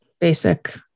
basic